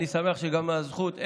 אני שמח על הזכות,